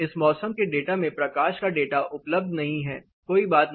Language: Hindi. इस मौसम के डेटा में प्रकाश का डेटा उपलब्ध नहीं है कोई बात नहीं